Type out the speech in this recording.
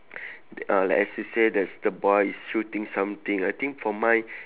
uh the associate is the boy is shooting something I think for mine